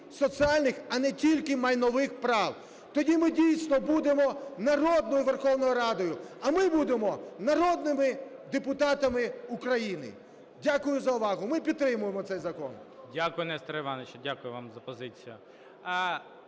соціальних, а не тільки майнових прав. Тоді ми, дійсно, будемо народною Верховною Радою, а ми будемо народними депутатами України. Дякую за увагу. Ми підтримуємо цей закон.